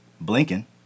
Blinking